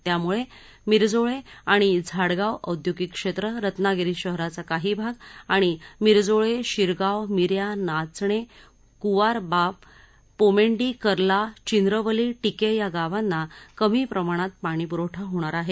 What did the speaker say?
त्यामुळे मिरजोळे आणि झाडगाव औद्योगिक क्षेत्र रत्नागिरी शहराचा काही भाग आणि मिरजोळे शिरगाव मिन्या नाचणे कुवारबाव पोमेंडी कर्ला चिंद्रवली टिके या गावांना कमी प्रमाणात पाणीपुरवठा होणार आहे